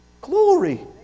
Glory